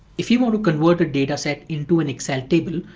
if you want to convert data set into an excel table,